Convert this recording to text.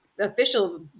official